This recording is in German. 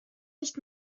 nicht